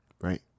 right